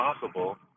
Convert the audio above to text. possible